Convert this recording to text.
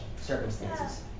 circumstances